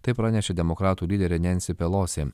tai pranešė demokratų lyderė nensi pelosi